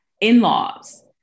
in-laws